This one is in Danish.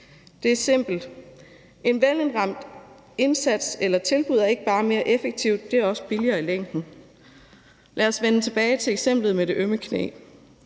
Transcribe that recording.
der er veltilrettelagt, er ikke bare mere effektivt, det er også billigere i længden. Lad os vende tilbage til eksemplet med det ømme knæ.